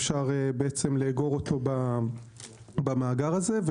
אפשר בעצם לאגור אותו במאגר הזה.